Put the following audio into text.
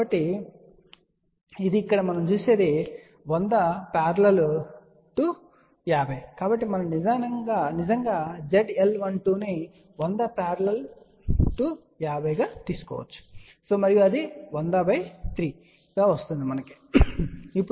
కాబట్టి ఇది ఇక్కడ చూసేది 100 50 కాబట్టి మనం నిజంగా ZL12 ను 100 50 గా తెలుసుకోవచ్చు మరియు అది 1003 Ω గా వస్తుంది